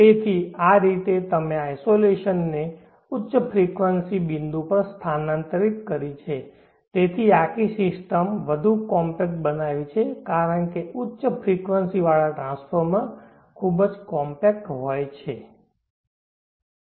તેથી આ રીતે તમે આઇસોલેશન ને ઉચ્ચ ફ્રિકવંસી બિંદુ પર સ્થાનાંતરિત કરી છે તેથી આખી સિસ્ટમ વધુ કોમ્પેક્ટ બનાવી છે કારણ કે ઉચ્ચ ફ્રિકવંસી ટ્રાન્સફોર્મર્સ ખૂબ જ કોમ્પેક્ટ હોય છે